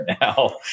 now